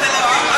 תל-אביב.